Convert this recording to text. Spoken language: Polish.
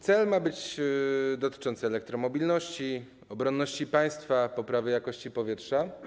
Cel ma dotyczyć elektromobilności, obronności państwa, poprawy jakości powietrza.